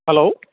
hello